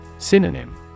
Synonym